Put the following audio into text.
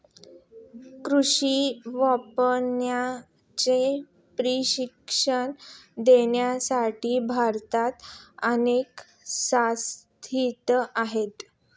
कृषी विपणनाचे प्रशिक्षण देण्यासाठी भारतात अनेक संस्था आहेत